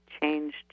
changed